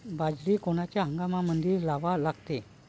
बाजरी कोनच्या हंगामामंदी लावा लागते?